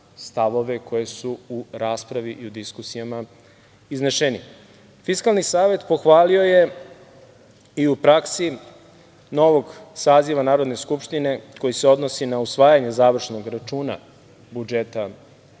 stavove koje su u raspravi i u diskusijama izneseni. Fiskalni savet je pohvalio i u praksi novog saziva Narodne skupštine koji se odnosi na usvajanje završnog računa budžeta